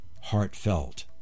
Heartfelt